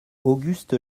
auguste